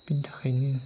बिनि थाखायनो